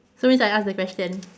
so means I ask the question